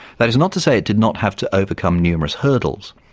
that is not to say it did not have to overcome numerous hurdles,